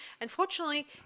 Unfortunately